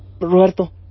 Roberto